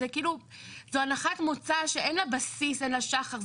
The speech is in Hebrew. זה כאילו הנחת מוצא שאין לה בסיס, אין לה שחר.